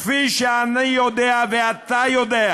כפי שאני יודע ואתה יודע.